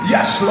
Yes